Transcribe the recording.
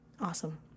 Awesome